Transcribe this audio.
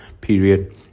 period